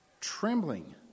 trembling